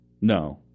No